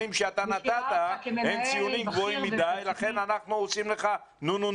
שאתה נתת הם גבוהים מדי ולכן אנחנו עושים לך נו נו